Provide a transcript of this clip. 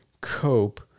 cope